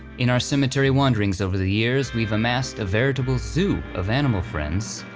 in our cemetery wanderings over the years we've amassed a veritable zoo of animal friends.